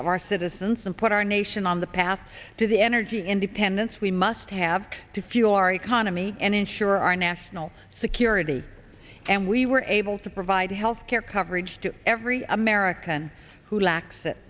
of our citizens and put our nation on the path to the energy independence we must have to fuel our economy and ensure our national security and we were able to provide health care coverage to every american who la